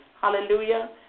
Hallelujah